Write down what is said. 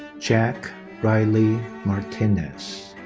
jack riley martinez.